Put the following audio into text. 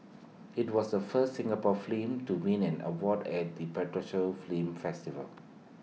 IT was the first Singapore film to win an award at the prestigious film festival